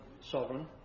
sovereign